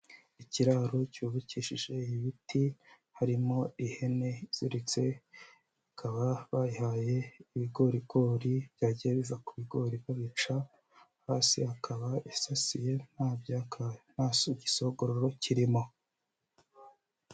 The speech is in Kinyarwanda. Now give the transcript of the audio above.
Ikiraro cyubakishije ibiti harimo ihene iziritse bakaba bayihaye ibigorigori byagiye biva ku bigori babica hasi hakaba hasasiye nta byaka nta gisogororo kirimo.